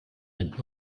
nennt